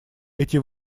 эти